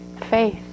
faith